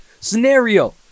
Scenario